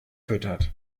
füttert